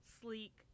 sleek